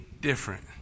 different